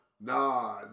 Nah